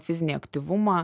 fizinį aktyvumą